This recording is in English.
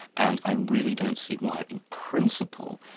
and i really don't see why in principle,